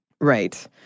right